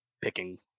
picking